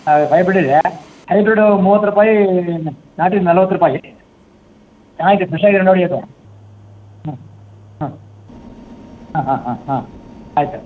ಅದು ಹೈಬ್ರಿಡ್ ಇದೆ ಹೈಬ್ರಿಡೂ ಮೂವತ್ತು ರೂಪಾಯಿ ನಾಟಿದು ನಲ್ವತ್ತು ರೂಪಾಯಿ ಚೆನ್ನಾಗಿದೆ ಫ್ರೆಶ್ ಆಗಿದೆ ನೋಡಿ ಅದು ಹ್ಞೂ ಹಾಂ ಹಾಂ ಹಾಂ ಹಾಂ ಹಾಂ ಆಯ್ತು ಆಯ್ತು